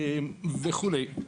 וכולי.